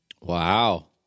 Wow